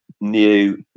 new